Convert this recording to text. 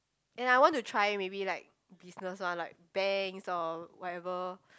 and I want to try maybe like business one like banks or whatever